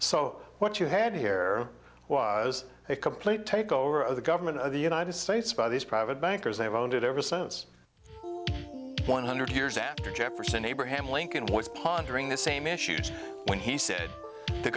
so what you had here was a complete takeover of the government of the united states by these private bankers they have owned it ever since one hundred years after jefferson abraham lincoln was pondering the same issues when he said the